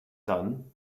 son